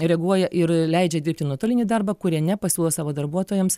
reaguoja ir leidžia dirbti nuotolinį darbą kurie nepasiūlo savo darbuotojams